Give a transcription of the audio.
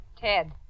Ted